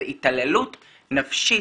זו התעללות נפשית,